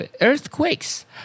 earthquakes